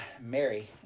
Mary